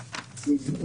דיסקין.